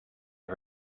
the